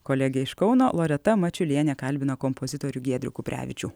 kolegė iš kauno loreta mačiulienė kalbina kompozitorių giedrių kuprevičių